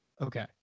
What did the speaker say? Okay